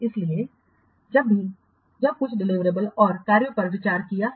इसलिए तब भी जब कुछ डिलिवरेबल्स और कार्यों पर विचार किया जाता है